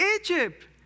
Egypt